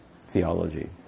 theology